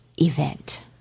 event